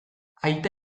aita